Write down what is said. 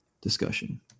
discussion